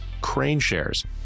CraneShares